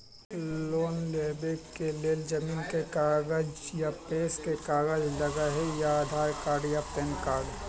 Loan लेवेके लेल जमीन के कागज या पेशा के कागज लगहई या आधार कार्ड या पेन कार्ड?